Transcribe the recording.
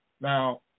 Now